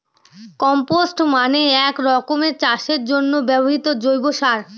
compost মানে এক রকমের চাষের জন্য ব্যবহৃত জৈব সার